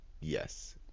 yes